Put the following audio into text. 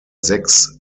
sechs